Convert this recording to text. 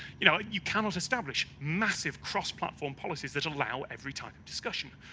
you know, you cannot establish massive cross-platform policies that allow every type of discussion,